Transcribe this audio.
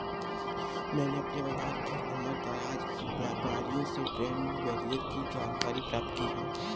मैंने अपने बाज़ार के उमरदराज व्यापारियों से ट्रेड बैरियर की जानकारी प्राप्त की है